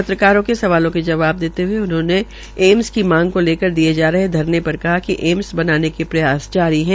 पत्रकारों के सवालों के जवाब देते हये उन्होंने एम्स की मांग को लेकर दिये जा रहे धरने पर कहा कि एम्स बनाने के प्रयास जारी है